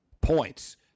points